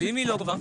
ואם היא לא גובה?